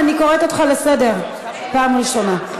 אני קוראת אותך לסדר פעם ראשונה.